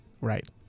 Right